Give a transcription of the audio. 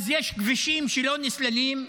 יש כבישים שלא נסללים,